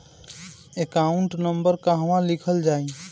Account number कहवा लिखल जाइ?